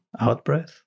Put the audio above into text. out-breath